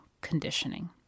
conditioning